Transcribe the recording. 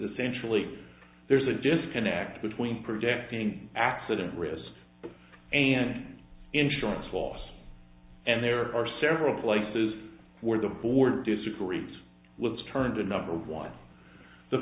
essentially there's a disconnect between predicting accident risk and insurance loss and there are several places where the board disagrees with the terms of number one the